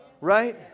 Right